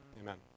Amen